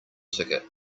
ticket